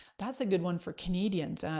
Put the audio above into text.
that's a good one for canadians.